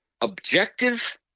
objective